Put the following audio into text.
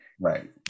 Right